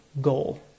goal